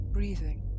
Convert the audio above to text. Breathing